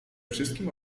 wszystkim